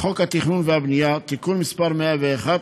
לחוק התכנון והבנייה (תיקון מס' 101),